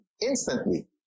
instantly